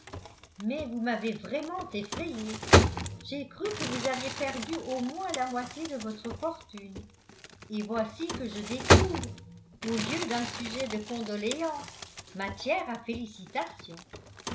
mais vous m'avez vraiment effrayée j'ai cru que vous aviez perdu au moins la moitié de votre fortune et voici que je découvre au lieu d'un sujet de condoléance matière à félicitations